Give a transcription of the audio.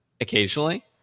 occasionally